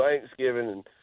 Thanksgiving